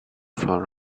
for